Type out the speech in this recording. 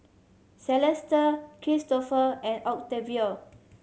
Celeste Kristofer and Octavio